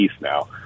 now